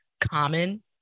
common